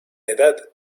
edad